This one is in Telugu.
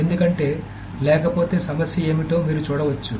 ఎందుకంటే లేకపోతే సమస్య ఏమిటో మీరు చూడవచ్చు